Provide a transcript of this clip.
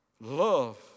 Love